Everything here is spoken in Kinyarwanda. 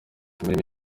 imirimo